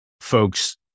folks